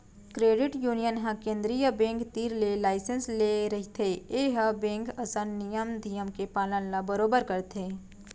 credit union ह केंद्रीय bank तीर ले लाइसेंस ले रहिथे ए ह बेंक असन नियम धियम के पालन ल बरोबर करथे